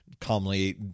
calmly